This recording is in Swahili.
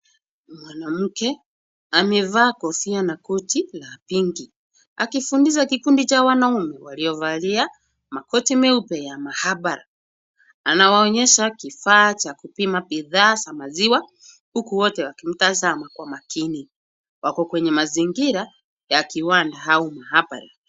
Mwanamke amevaa kofia na koti la pinki akifundisha kikundi cha wanaume waliovalia makoti meupe ya maabara. Anawaonyesha kifaa cha kupima bidhaa za maziwa huku wote wakimtazama kwa makini. Wako kwenye mazingira ya kiwanda au maabara.